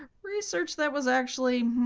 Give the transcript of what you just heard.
research that was actually